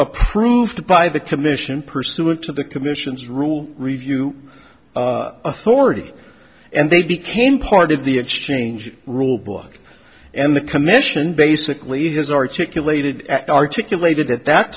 approved by the commission pursuant to the commission's rule review authority and they became part of the exchange rule book and the commission basically has articulated articulated at that